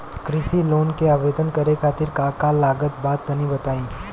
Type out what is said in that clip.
कृषि लोन के आवेदन करे खातिर का का लागत बा तनि बताई?